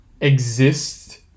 exist